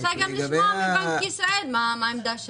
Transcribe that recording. אבל אני רוצה גם לשמוע מבנק ישראל מה העמדה שלהם.